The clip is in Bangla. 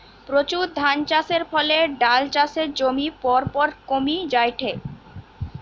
প্রচুর ধানচাষের ফলে ডাল চাষের জমি পরপর কমি জায়ঠে